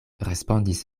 respondis